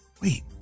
wait